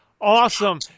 Awesome